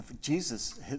Jesus